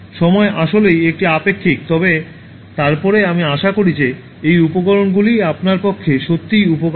সময় আসলেই একটি আপেক্ষিক তবে তারপরে আমি আশা করি যে এই উপকরণগুলি আপনার পক্ষে সত্যিই উপকারী